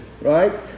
Right